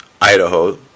Idaho